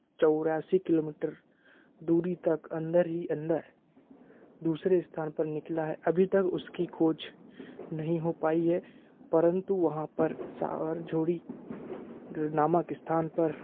चौरासी किलोमीटर दूरी तक अंदर ही अंदर दूसरे स्थान पर निकला है अभी तक उसकी खोज नहीं हो पाई है परंतु वहाँ पर सावरझोड़ी नामक स्थान पर